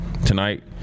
Tonight